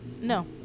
No